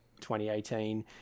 2018